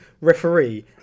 referee